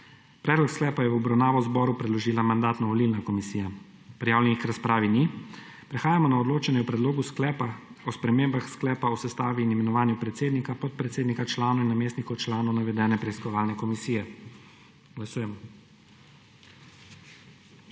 Predlog sklepa je v obravnavo zboru predložila Mandatno-volilna komisija. Prijavljenih k razpravi ni. Prehajamo na odločanje o Predlogu sklepa o spremembah sklepa o sestavi in imenovanju predsednika, podpredsednika, članov in namestnikov članov navedene preiskovalne komisije. Glasujemo.